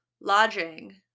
lodging